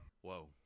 Whoa